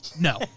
No